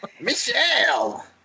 Michelle